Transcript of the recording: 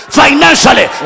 financially